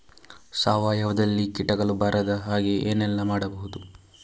ಸಾವಯವದಲ್ಲಿ ಕೀಟಗಳು ಬರದ ಹಾಗೆ ಏನೆಲ್ಲ ಮಾಡಬಹುದು?